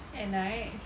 at night